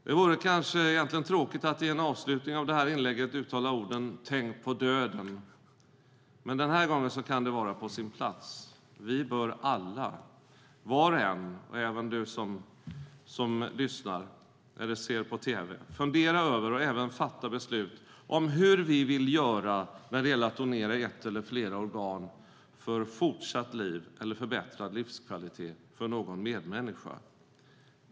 Det är tråkigt att i en avslutning av det här inlägget uttala orden: Tänk på döden. Men den här gången kan det vara på sin plats. Vi bör alla, var och en, även du som lyssnar eller ser på tv, fundera över och även fatta beslut om hur vi vill göra när det gäller att donera ett eller fler organ för fortsatt liv eller förbättrad livskvalitet för en medmänniska.